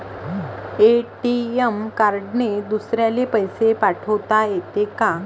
ATM कार्डने दुसऱ्याले पैसे पाठोता येते का?